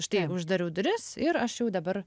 štai uždariau duris ir aš jau dabar